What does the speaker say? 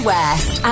West